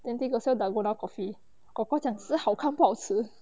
then they got sell dalgona coffee kor kor 讲是好看不好吃